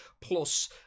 plus